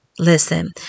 Listen